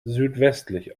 südwestlich